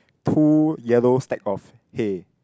two yellow stack of hay